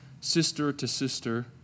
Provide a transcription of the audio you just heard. sister-to-sister